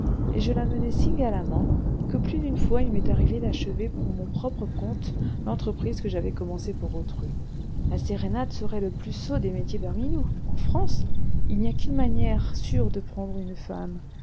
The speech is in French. et je la menais si galamment que plus d'une fois il m'est arrivé d'achever pour mon propre compte l'entreprise que j'avais commencée pour autrui la sérénade serait le plus sot des métiers parmi nous en france il n'y a qu'une manière sûre de prendre une femme